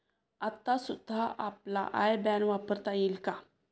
आता सुद्धा आपला आय बॅन वापरता येईल का?